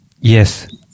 Yes